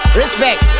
respect